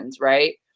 Right